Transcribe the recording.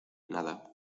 nada